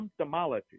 symptomology